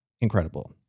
Incredible